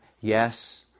Yes